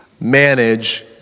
manage